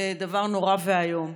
זה דבר נורא ואיום.